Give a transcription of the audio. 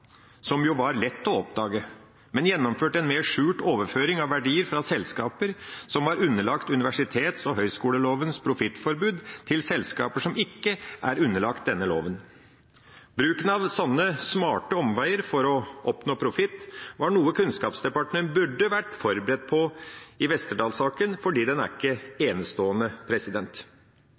som jo var lett å oppdage, men gjennomførte en mer skjult overføring av verdier fra selskaper som var underlagt universitets- og høyskolelovens profittforbud til selskaper som ikke er underlagt denne loven. Bruken av slike smarte omveier for å oppnå profitt var noe Kunnskapsdepartementet burde vært forberedt på i Westerdals-saken, for den er ikke enestående.